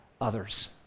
others